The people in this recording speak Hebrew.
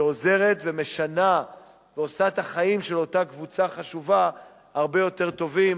שעוזרת ומשנה ועושה את החיים של אותה קבוצה חשובה הרבה יותר טובים